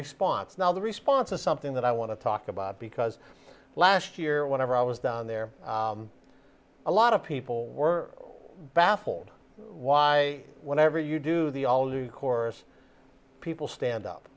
response now the response is something that i want to talk about because last year whenever i was down there a lot of people were baffled why whenever you do the all new chorus people